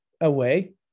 away